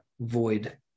void